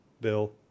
Bill